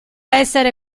essere